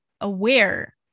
aware